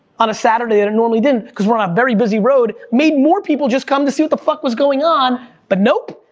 on a saturday and it normally didn't, cause we're on a very busy road, made more people just come to see what the fuck was going on. but nope,